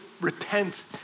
repent